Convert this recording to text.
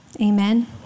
Amen